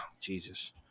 Jesus